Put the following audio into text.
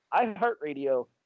iHeartRadio